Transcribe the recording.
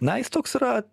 na jis toks yra